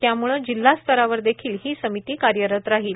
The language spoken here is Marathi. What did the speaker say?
त्याम्ळे जिल्हास्तरावर देखील ही समिती कार्यरत असेल